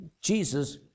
Jesus